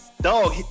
Dog